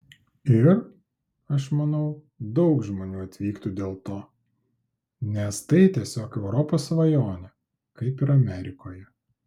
ir aš manau daug žmonių atvyktų dėl to nes tai tiesiog europos svajonė kaip ir amerikoje